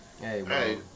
Hey